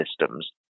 systems